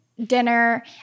dinner